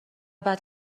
بعد